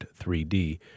3D